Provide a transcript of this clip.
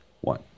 one